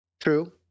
True